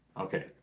Okay